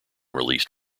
released